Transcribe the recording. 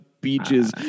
beaches